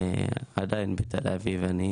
ועדיין בתל אביב אני,